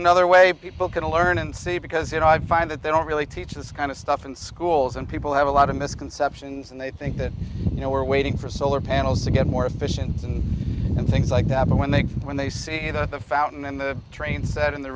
another way people can learn and see because you know i find that they don't really teach this kind of stuff in schools and people have a lot of misconceptions and they think that you know we're waiting for solar and also get more efficient and things like that but when they when they see that the fountain in the train set in the